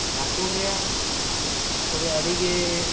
ᱡᱷᱟᱲᱠᱷᱚᱰ ᱨᱮᱭᱟᱜ ᱛᱚᱵᱮ ᱟᱹᱰᱤᱜᱮ